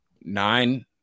nine –